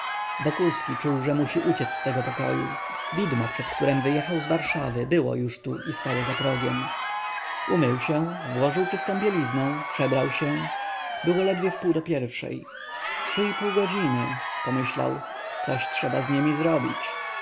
wokulski czuł że musi uciec z tego pokoju widmo przed którem wyjechał z warszawy było już tu i stało za progiem umył się włożył czystą bieliznę przebrał się było ledwie wpół do pierwszej trzy i pół godzin pomyślał coś trzeba z niemi zrobić